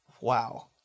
Wow